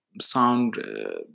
sound